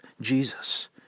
Jesus